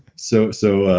so so a